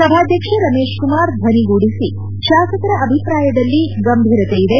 ಸಭಾಧ್ಯಕ್ಷ ರಮೇಶ್ಕುಮಾರ್ ಧ್ವನಿಗೂಡಿಸಿ ಶಾಸಕರ ಅಭಿಪ್ರಾಯದಲ್ಲಿ ಗಂಭೀರತೆ ಇದೆ